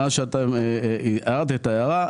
מאז שאתה הערת את ההערה,